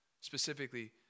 specifically